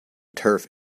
turf